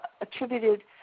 attributed